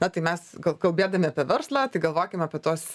na tai mes gal kalbėdami apie verslą tai galvokim apie tuos